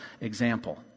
example